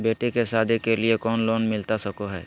बेटी के सादी के लिए कोनो लोन मिलता सको है?